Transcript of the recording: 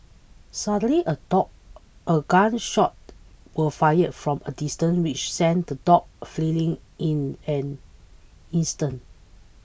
suddenly a dog a gun shot was fired from a distance which sent the dogs fleeing in an instant